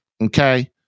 Okay